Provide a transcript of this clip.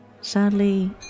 Sadly